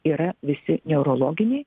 yra visi neurologiniai